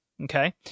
Okay